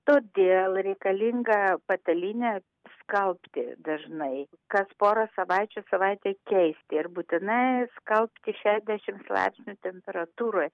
todėl reikalinga patalynę skalbti dažnai kas porą savaičių savaitę keisti ir būtinai skalbti šešiasdešims laipsnių temperatūroj